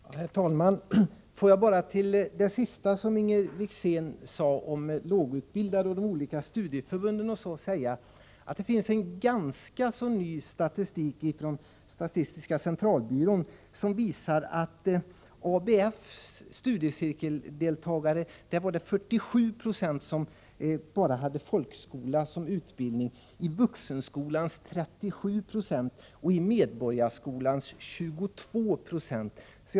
Herr talman! Med anledning av det sista som Inger Wickzén sade om lågutbildade och de olika studieförbunden vill jag bara nämna att det finns en ganska ny statistik från statistiska centralbyrån som visar att 47 90 av ABF:s studiecirkeldeltagare bara hade folkskola som utbildning. I Vuxenskolan var antalet 37 26 och i Medborgarskolan 22 26.